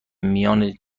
میان